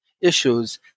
issues